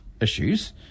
issues